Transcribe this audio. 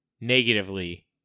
negatively